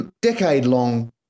decade-long